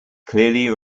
clearly